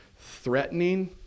Threatening